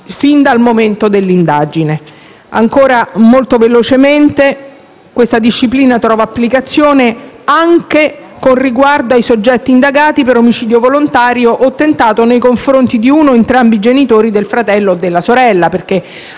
fin dal momento dell'indagine. Questa disciplina trova applicazione anche con riguardo ai soggetti indagati per omicidio volontario o tentato nei confronti di uno o entrambi i genitori, del fratello o della sorella, perché